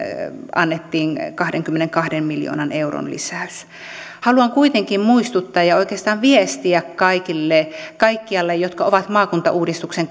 annettiin kahdenkymmenenkahden miljoonan euron lisäys haluan kuitenkin muistuttaa ja oikeastaan viestiä kaikille jotka ovat maakuntauudistuksen